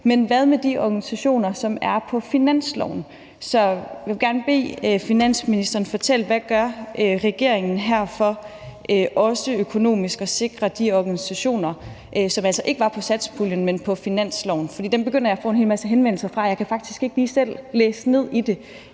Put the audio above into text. men hvad med de organisationer, som er på finansloven? Jeg vil gerne bede finansministeren fortælle, hvad regeringen gør her for også økonomisk at sikre de organisationer, som altså ikke var på satspuljeordningen, men på finansloven. For dem begynder jeg at få en hel masse henvendelser fra, og jeg kan faktisk ikke lige selv læse det i det.